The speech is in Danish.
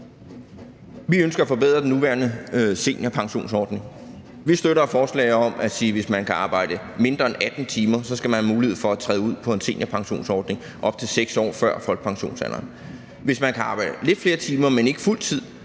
Vi ønsker at forbedre den nuværende seniorpensionsordning. Vi støtter et forslag om at sige, at hvis man kan arbejde mindre end 18 timer om ugen, skal man have mulighed for at træde ud på en seniorpensionsordning op til 6 år før folkepensionsalderen. Hvis man kan arbejde lidt flere timer, men ikke fuld tid,